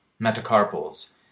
metacarpals